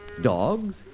dogs